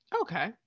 Okay